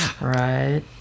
Right